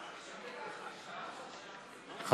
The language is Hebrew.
אדוני.